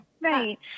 Right